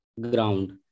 ground